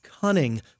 cunning